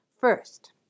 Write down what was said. First